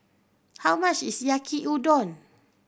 how much is Yaki Udon